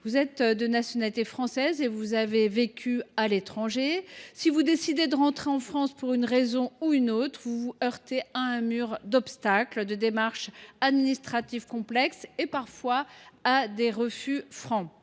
si, de nationalité française et ayant vécu à l’étranger, vous décidez de rentrer en France pour une raison ou pour une autre, vous vous heurterez à un mur d’obstacles, à des démarches administratives complexes et, parfois, à des refus francs.